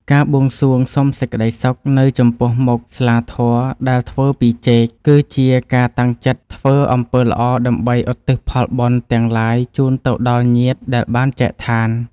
ការបួងសួងសុំសេចក្តីសុខនៅចំពោះមុខស្លាធម៌ដែលធ្វើពីចេក គឺជាការតាំងចិត្តធ្វើអំពើល្អដើម្បីឧទ្ទិសផលបុណ្យទាំងឡាយជូនទៅដល់ញាតិដែលបានចែកឋាន។